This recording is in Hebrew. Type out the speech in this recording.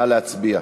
לבריאות,